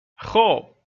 خوب